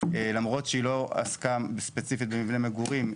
למרות שהיא לא עסקה ספציפית במבני מגורים,